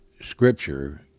scripture